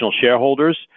shareholders